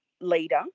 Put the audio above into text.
leader